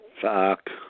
fuck